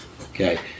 Okay